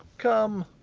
come,